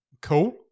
Cool